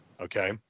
Okay